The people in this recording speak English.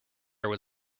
there